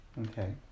Okay